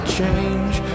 change